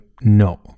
no